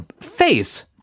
Face